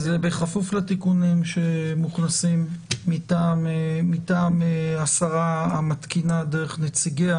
אז בכפוף לתיקונים שמוכנסים מטעם השרה המתקינה דרך נציגיה